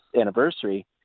anniversary